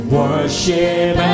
worship